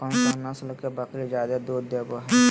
कौन सा नस्ल के बकरी जादे दूध देबो हइ?